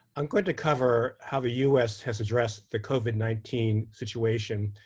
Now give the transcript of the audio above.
i'm going to cover how the us has addressed the covid nineteen situation,